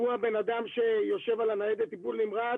הוא הבן אדם שיושב על ניידת טיפול הנמרץ